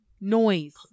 noise